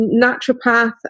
naturopath